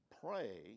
pray